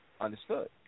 Understood